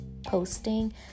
posting